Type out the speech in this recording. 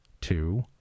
two